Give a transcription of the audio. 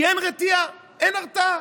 כי אין רתיעה, אין הרתעה.